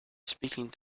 speaking